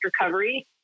recovery